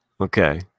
Okay